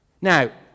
Now